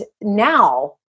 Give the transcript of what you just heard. now